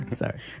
sorry